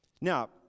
Now